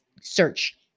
search